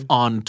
on